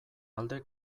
alde